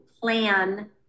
plan